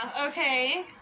okay